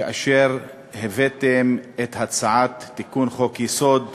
כאשר הבאתם את הצעת תיקון חוק-יסוד,